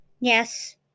Yes